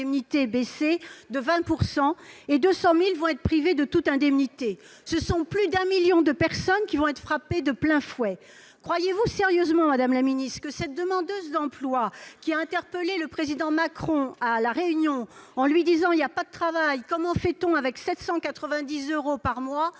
baisser de 20 % et 200 000 seront privés de toute indemnité ! Ce sont donc plus d'un million de personnes qui seront frappées de plein fouet. Croyez-vous sérieusement, madame la ministre, que cette demandeuse d'emploi qui a interpellé le Président Macron à La Réunion en lui disant « il n'y a pas de travail, comment fait-on avec 790 euros par mois ?»